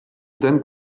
dan